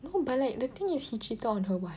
no but like the thing is he cheated on her [what]